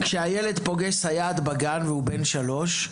כשהילד פוגש סייעת בגן והוא בן שלוש,